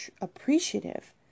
appreciative